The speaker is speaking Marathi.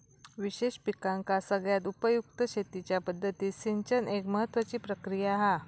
विशेष पिकांका सगळ्यात उपयुक्त शेतीच्या पद्धतीत सिंचन एक महत्त्वाची प्रक्रिया हा